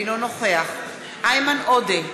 אינו נוכח איימן עודה,